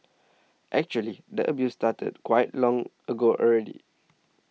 actually the abuse started quite long ago already